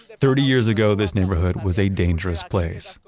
thirty years ago, this neighborhood was a dangerous place.